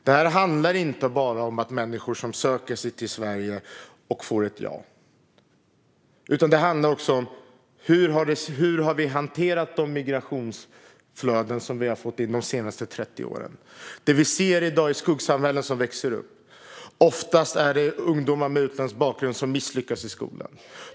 Detta handlar inte bara om människor som söker sig till Sverige och får ett ja, utan det handlar också om hur vi har hanterat de migrationsflöden som vi har fått in de senaste 30 åren. Det som vi ser i dag är ett skuggsamhälle som växer upp. Oftast är det ungdomar med utländsk bakgrund som misslyckas i skolan.